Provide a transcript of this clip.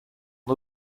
des